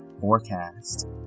Forecast